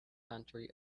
country